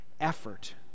effort